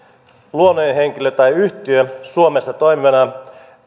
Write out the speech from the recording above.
luonnollinen henkilö tai yhtiö suomessa toimivana